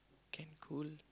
can cool